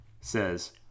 says